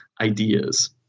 ideas